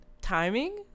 timing